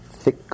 thick